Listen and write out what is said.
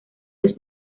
los